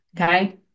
Okay